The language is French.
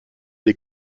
des